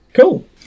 Cool